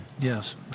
Yes